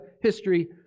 history